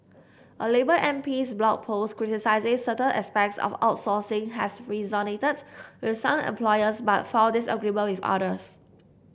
a labour M P's Blog Post criticising certain aspects of outsourcing has resonated with some employers but found disagreement with others